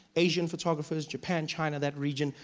asian photographers, japan, china. that region.